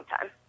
time